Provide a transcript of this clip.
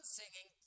singing